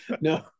no